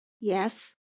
Yes